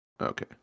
Okay